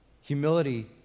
Humility